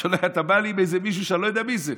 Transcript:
אתה בא לי עם איזה משהו שאני לא יודע מי זה,